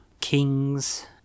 kings